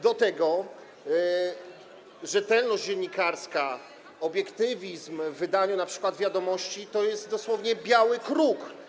Do tego rzetelność dziennikarska, obiektywizm w wydaniu np. „Wiadomości” to jest dosłownie biały kruk.